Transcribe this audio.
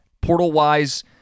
Portal-wise